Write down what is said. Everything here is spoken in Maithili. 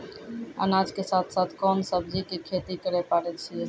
अनाज के साथ साथ कोंन सब्जी के खेती करे पारे छियै?